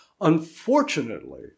Unfortunately